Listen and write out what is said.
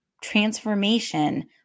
transformation